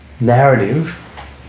narrative